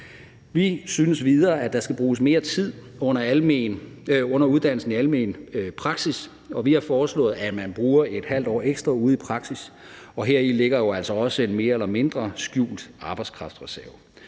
Vi synes videre, at der skal bruges mere tid under uddannelsen i almen praksis, og vi har foreslået, at man bruger et halvt år ekstra ude i praksis, og heri ligger jo altså også en mere eller mindre skjult arbejdskraftreserve.